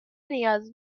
نیاز